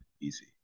Easy